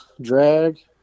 drag